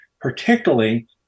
particularly